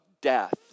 death